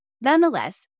Nonetheless